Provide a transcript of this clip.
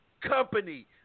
company